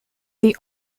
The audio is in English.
the